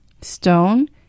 Stone